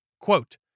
Quote